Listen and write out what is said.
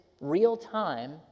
real-time